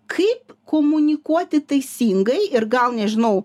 kaip komunikuoti teisingai ir gal nežinau